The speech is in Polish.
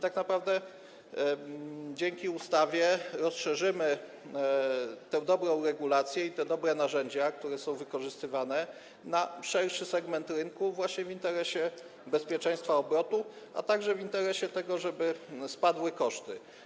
Tak naprawdę dzięki ustawie rozszerzymy tę dobrą regulację i te dobre narzędzia, które są wykorzystywane na szerszy segment rynku właśnie w interesie bezpieczeństwa obrotu, a także w interesie tego, żeby spadły koszty.